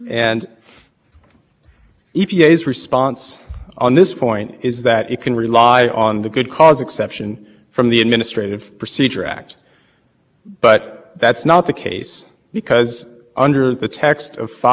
from the administrative procedure act but that's not the case because under the text of five u s c five fifty three b the good cause exception is not available when notice or